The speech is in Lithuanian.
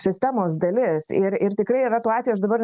sistemos dalis ir ir tikrai yra tų atvejų aš dabar